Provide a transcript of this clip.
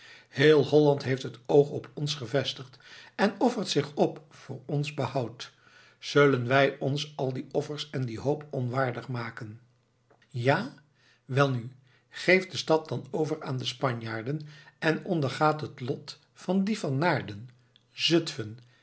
heel holland heeft het oog op ons gevestigd en offert zich op voor ons behoud zullen wij ons al die offers en die hoop onwaardig maken ja welnu geeft de stad dan over aan de spanjaarden en ondergaat het lot van die van naarden zutfen